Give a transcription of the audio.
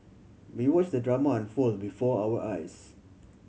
we watch the drama unfold before our eyes